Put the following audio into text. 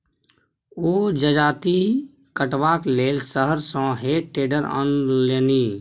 ओ जजाति कटबाक लेल शहर सँ हे टेडर आनलनि